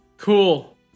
Cool